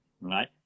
Right